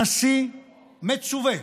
הנשיא מצֻווה,